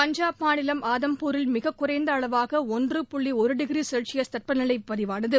பஞ்சாப் மாநிலம் ஆதம்பூரில் மிகக்குறைந்த அளவாக ஒன்று புள்ளி ஒரு டிகிரி செல்சியஸ் தட்பநிலை பதிவானது